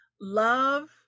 love